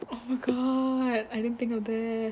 oh my god I didn't think of that